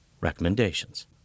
recommendations